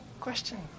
question